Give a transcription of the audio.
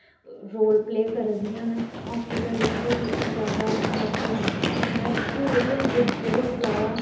role play करदियां न ते हॉस्पिटल दिक्खो तां जादै नर्सां गै न नर्सां जेह्ड़ियां न ओह् बहुत जादा